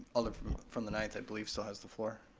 alder from from the ninth i believe still has the floor.